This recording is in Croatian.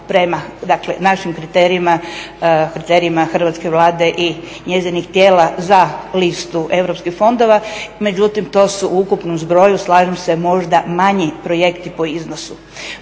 kriterijima, kriterijima Hrvatske Vlade i njezinih tijela za listu europskih fondova, međutim to su u ukupnom zbroju, slažem se, možda manji projekti po iznosu.